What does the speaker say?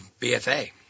BFA